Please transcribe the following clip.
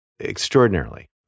extraordinarily